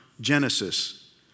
Genesis